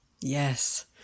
Yes